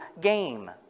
game